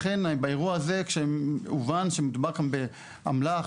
לכן באירוע הזה כשהובן שמדובר כאן באמל"ח,